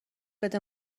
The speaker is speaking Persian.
بده